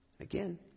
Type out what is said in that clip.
Again